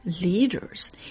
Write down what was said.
leaders